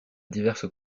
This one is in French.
diverses